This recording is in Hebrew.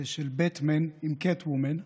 של באטמן עם קאטוומן.